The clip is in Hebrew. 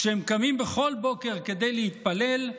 שהם קמים בכל בוקר כדי להתפלל,